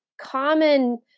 common